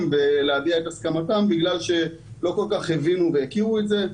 ולהביע את הסכמתם בגלל שלא כל כך הבינו והכירו את זה,